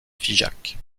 figeac